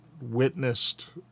witnessed